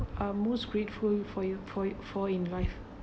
are most grateful for you for it for in life